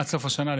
עד סוף השנה,